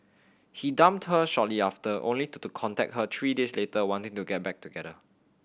he dumped her shortly after only to the contact her three days later wanting to get back together